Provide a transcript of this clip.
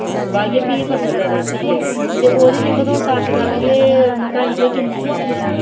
बाहियै फ्ही फसल रड़दी ऐ ते ओह्दे दिक्खो तुस अजकल कि मंगाही गै किन्नी ऐ